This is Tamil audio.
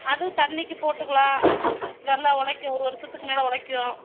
அதுவும் தண்ணிக்கு போட்டுக்கலாம் நல்லாஉ உழைக்கும் ஒரு வருஷத்துக்கு மேலே உழைக்கும்